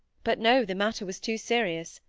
but no the matter was too serious.